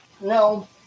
No